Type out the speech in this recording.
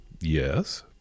Yes